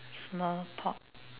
small pot